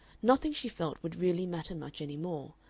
nothing she felt would really matter much any more,